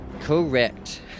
Correct